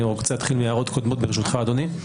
אני רוצה להתחיל מהערות קודמות, ברשותך אדוני.